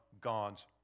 God's